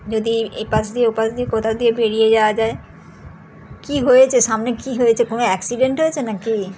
যদি এপাশ দিয়ে ওপাশ দিয়ে কোথাও দিয়ে বেরিয়ে যাওয়া যায় কী হয়েছে সামনে কি হয়েছে কোনো অ্যাক্সিডেন্ট হয়েছে নাকি